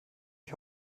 ich